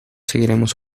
seguiremos